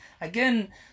Again